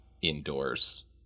indoors